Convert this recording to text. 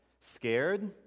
Scared